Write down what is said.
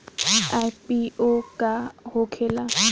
IPO का होखेला?